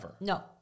No